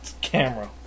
camera